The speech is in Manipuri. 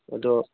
ꯑꯗꯣ